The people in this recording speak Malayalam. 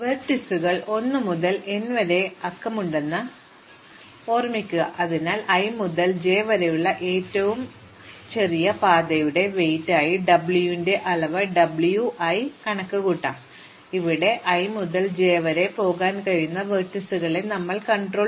വെർട്ടീസുകൾ 1 മുതൽ n വരെ അക്കമിട്ടിട്ടുണ്ടെന്ന് ഓർക്കുക അതിനാൽ i മുതൽ j വരെയുള്ള ഏറ്റവും ചെറിയ പാതയുടെ ഭാരം ആയി W ന്റെ അളവ് w i കണക്കുകൂട്ടും അവിടെ i മുതൽ j വരെ പോകാൻ കഴിയുന്ന ലംബങ്ങളെ ഞങ്ങൾ നിയന്ത്രിക്കുന്നു